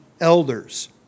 elders